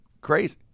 crazy